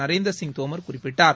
நரேந்திர சிங் தோமர் குறிப்பிட்டார்